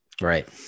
Right